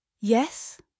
Yes